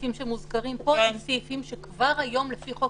הסעיפים שמוזכרים פה זה סעיפים שכבר היום לפי חוק